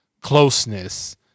closeness